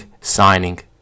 signing